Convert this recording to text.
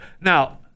Now